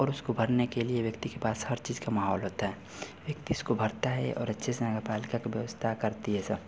और उसको भरने के लिए व्यक्ति के पास हर चीज़ का माहौल होता है व्यक्ति उसको भरता है और अच्छे से नगर पालिका की व्यवस्था करती है सब